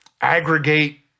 aggregate